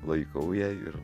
laikau ją ir